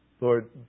Lord